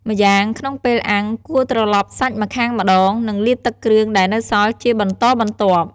ម្យ៉ាងក្នុងពេលអាំង គួរត្រឡប់សាច់ម្ខាងម្ដង និងលាបទឹកគ្រឿងដែលនៅសល់ជាបន្តបន្ទាប់។